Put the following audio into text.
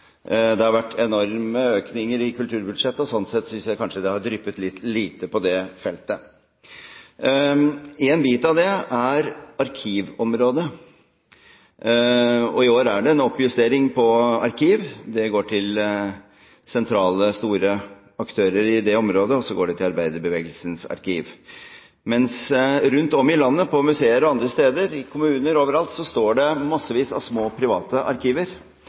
Det har vært enorme økninger i kulturbudsjettet, og sånn sett synes jeg kanskje det har dryppet litt lite på det feltet. Én bit av det er arkivområdet. I år er det en oppjustering på arkiv. Det går til sentrale, store aktører i det området, og så går det til Arbeiderbevegelsens arkiv, mens rundt om i landet på museer og andre steder, i kommuner og overalt, står det massevis av små, private arkiver,